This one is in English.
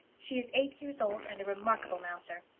she is eight years old, and a remarkable mouser.